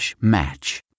match